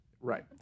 Right